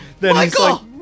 Michael